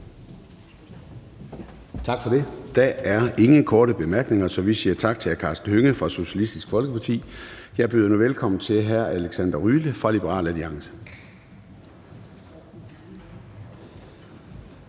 Tak for det. Der er ingen korte bemærkninger, så vi siger tak til hr. Karsten Hønge fra Socialistisk Folkeparti. Jeg byder nu velkommen til hr. Alexander Ryle fra Liberal Alliance.